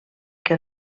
que